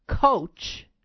coach